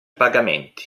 pagamenti